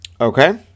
Okay